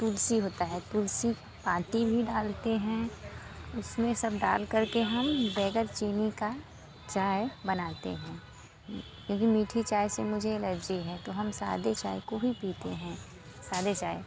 तुलसी होता है तुलसी पार्टी भी डालते हैं उसमें सब डाल करके हम बेगर चीनी का चाय बनाते हैं क्योंकि मीठी चाय से मुझे एलर्जी है तो हम सादी चाय को ही पीते हैं सादी चाय